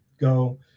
go